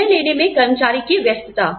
निर्णय लेने में कर्मचारी की व्यस्तता